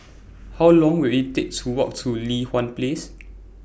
How Long Will IT Take to Walk to Li Hwan Place